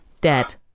Dead